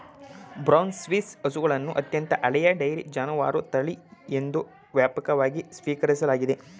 brown Swiss ಹಸುಗಳನ್ನು ಅತ್ಯಂತ ಹಳೆಯ ಡೈರಿ ಜಾನುವಾರು ತಳಿ ಎಂದು ವ್ಯಾಪಕವಾಗಿ ಸ್ವೀಕರಿಸಲಾಗಿದೆ